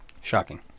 Shocking